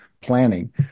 planning